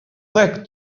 weg